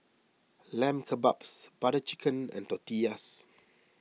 Lamb Kebabs Butter Chicken and Tortillas